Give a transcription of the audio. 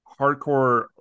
hardcore